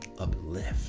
uplift